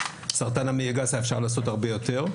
בסרטן המעי הגס אפשר היה לעשות הרבה יותר.